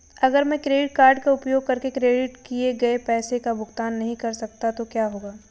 अगर मैं credit card का उपयोग करके क्रेडिट किए गए पैसे का भुगतान नहीं कर सकता तो क्या होगा?